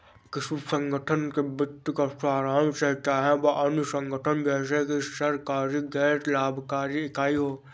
किसी संगठन के वित्तीय का सारांश है चाहे वह अन्य संगठन जैसे कि सरकारी गैर लाभकारी इकाई हो